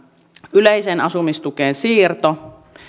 yleiseen asumistukeen siirto